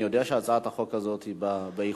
אני יודע שהצעת החוק הזאת היא באיחור,